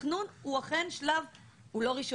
התכנון הוא אכן שלב הוא לא ראשוני,